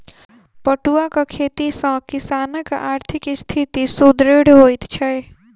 पटुआक खेती सॅ किसानकआर्थिक स्थिति सुदृढ़ होइत छै